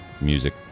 music